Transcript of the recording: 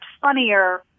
funnier